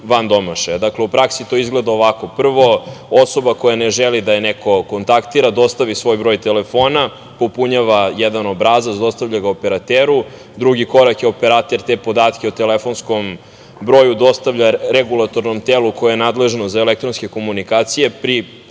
van domašaja. Dakle, u praksi to izgleda ovako. Prvo, osoba koja ne želi da je neko kontaktira dostavi svoj broj telefona, popunjava jedan obrazac, dostavlja ga operateru. Drugi korak je operater te podatke o telefonskom broju dostavlja regulatornom telu koje je nadležno za elektronske komunikacije pri